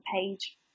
page